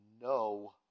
no